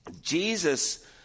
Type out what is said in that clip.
Jesus